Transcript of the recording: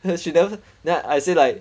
then she don't then I say like